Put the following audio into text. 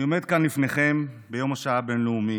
אני עומד כאן לפניכם ביום השואה הבין-לאומי,